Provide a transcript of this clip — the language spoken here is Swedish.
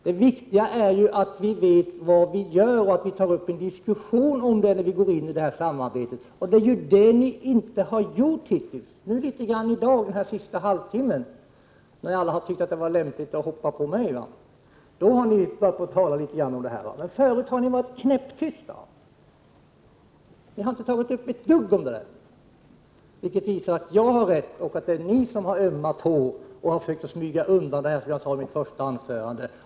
Det viktiga är ju att vi vet vad vi gör och att vi tar upp en diskussion när vi går in i ett sådant här samarbete. Men så har ju hittills inte varit fallet. Det är först under den senaste halvtimmen här i dag, när alla har ansett det vara lämpligt att hoppa på mig, som det har börjat talas litet grand om dessa saker. Förut var ni knäpptysta. Ni har inte sagt ett enda dugg om dessa saker, vilket visar att jag har rätt och att ni har ömma tår, att ni har försökt smyga er undan i detta sammanhang — som jag sade i mitt första anförande.